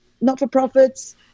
not-for-profits